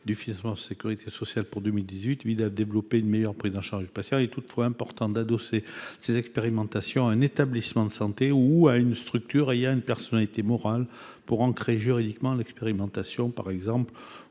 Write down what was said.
de financement de la sécurité sociale pour 2018 visent à développer une meilleure prise en charge du patient. Il est toutefois important d'adosser ces expérimentations à un établissement de santé ou à une structure ayant la personnalité morale pour ainsi ancrer juridiquement l'expérimentation, par exemple